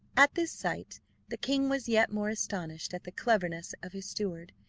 at this sight the king was yet more astonished at the cleverness of his steward,